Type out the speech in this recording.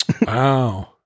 Wow